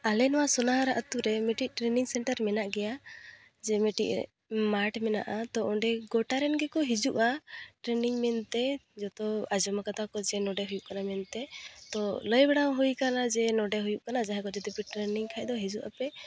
ᱟᱞᱮ ᱱᱚᱣᱟ ᱥᱚᱱᱟᱦᱟᱨᱟ ᱟᱛᱩᱨᱮ ᱢᱤᱫᱴᱤᱡ ᱴᱨᱱᱤᱝ ᱥᱮᱱᱴᱟᱨ ᱢᱮᱱᱟᱜ ᱜᱮᱭᱟ ᱡᱮ ᱢᱤᱫᱴᱤᱡ ᱢᱟᱴᱷ ᱢᱮᱱᱟᱜᱼᱟ ᱛᱚ ᱚᱸᱰᱮ ᱜᱚᱴᱟᱨᱮᱱ ᱜᱮᱠᱚ ᱦᱤᱡᱩᱜᱼᱟ ᱴᱨᱱᱤᱝ ᱢᱮᱱᱛᱮ ᱡᱚᱛᱚ ᱟᱸᱡᱚᱢ ᱟᱠᱟᱫᱟ ᱠᱚ ᱡᱮ ᱱᱚᱸᱰᱮ ᱦᱩᱭᱩᱜ ᱠᱟᱱᱟ ᱢᱮᱱᱛᱮ ᱛᱚ ᱞᱟᱹᱭ ᱵᱟᱲᱟ ᱦᱩᱭᱟᱠᱟᱱᱟ ᱡᱮ ᱱᱚᱸᱰᱮ ᱦᱩᱭᱩᱜ ᱠᱟᱱ ᱡᱟᱦᱟᱸᱭ ᱠᱚ ᱴᱨᱮᱱᱤᱝ ᱠᱷᱟᱡ ᱫᱚ ᱦᱤᱡᱩᱜ ᱟᱯᱮ